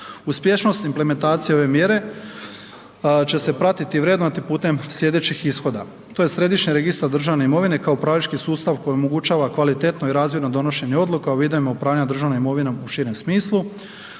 Uspješnost implementacije ove mjere će se pratiti i vrednovati putem sljedećih ishoda. To je središnji registar državne imovine kao upravljački sustav koji omogućava kvalitetno i razvojno donošenje odluka u vidovima upravljanja državnom imovinom u širem smislu.